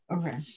okay